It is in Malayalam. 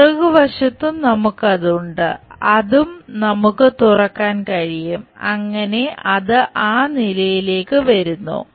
പുറകുവശത്തും നമുക്കത് ഉണ്ട് അതും നമുക്ക് തുറക്കാൻ കഴിയും അങ്ങനെ അത് ആ നിലയിലേക്ക് വരുന്നു